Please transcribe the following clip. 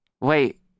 wait